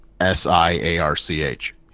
S-I-A-R-C-H